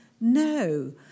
no